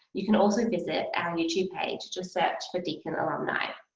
you can also visit our youtube page, just search for deakin alumni.